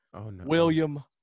William